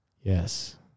yes